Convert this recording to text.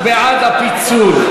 הוא בעד הפיצול,